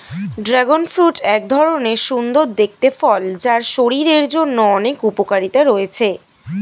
dragon fruit এক ধরণের সুন্দর দেখতে ফল যার শরীরের জন্য অনেক উপকারিতা রয়েছে